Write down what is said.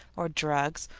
or drugs,